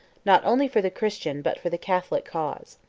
not only for the christian, but for the catholic cause.